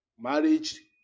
Marriage